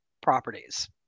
properties